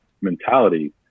mentality